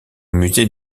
musée